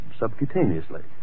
subcutaneously